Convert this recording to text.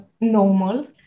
normal